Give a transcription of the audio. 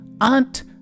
aunt